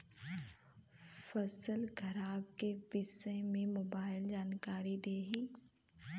फसल खराब के विषय में मोबाइल जानकारी देही